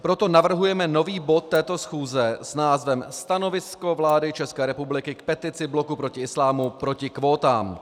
Proto navrhujeme nový bod této schůze s názvem Stanovisko vlády České republiky k petici Bloku proti islámu proti kvótám.